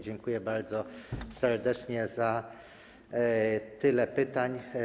Dziękuję bardzo serdecznie za tyle pytań.